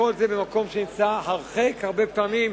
כל זה במקום שנמצא הרחק, הרבה פעמים,